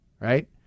right